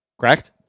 Correct